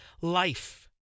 life